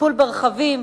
טיפול ברכבים,